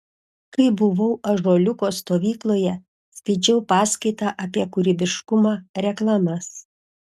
kai buvau ąžuoliuko stovykloje skaičiau paskaitą apie kūrybiškumą reklamas